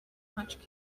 much